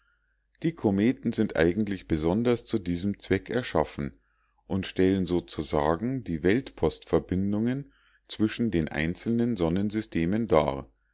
die kometen sind eigentlich besonders zu diesem zweck erschaffen und stellen sozusagen die weltpostverbindungen zwischen den einzelnen sonnensystemen dar